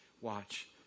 Watch